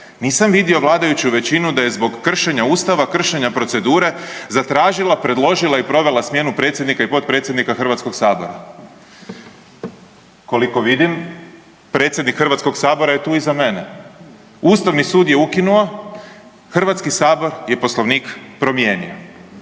nisam vidio vladajuću većinu da je zbog kršenja Ustava, kršenja procedure zatražila, predložila i provela smjenu predsjednika i potpredsjednika Hrvatskog sabora. Koliko vidim, predsjednik HS-a je tu iza mene. Ustavni sud je ukinuo, HS je Poslovnik promijenio.